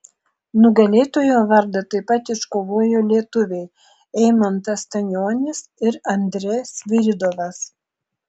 nugalėtojo vardą taip pat iškovojo lietuviai eimantas stanionis ir andrė sviridovas